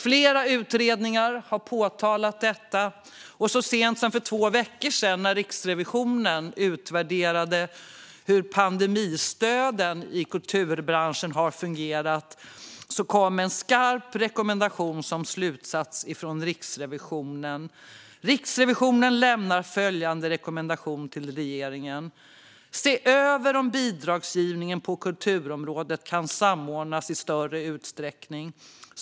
Flera utredningar har påtalat detta, och så sent som för två veckor sedan när Riksrevisionen utvärderade hur pandemistöden i kulturbranschen har fungerat kom en skarp rekommendation som slutsats från Riksrevisionen: "Riksrevisionen lämnar följande rekommendation till regeringen: Se över om bidragsgivningen på kulturområdet kan samordnas i större utsträckning.